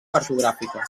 cartogràfica